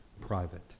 private